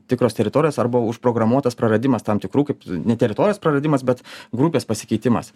tikros teritorijos arba užprogramuotas praradimas tam tikrų kaip ne teritorijos praradimas bet grupės pasikeitimas